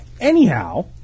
Anyhow